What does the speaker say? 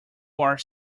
are